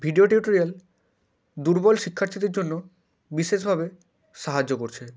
video tutorial দুর্বল শিক্ষার্থীদের জন্য বিশেষভাবে সাহায্য করছে